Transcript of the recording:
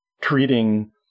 treating